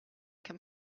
can